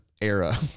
era